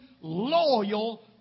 loyal